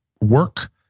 work